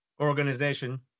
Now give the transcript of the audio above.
organization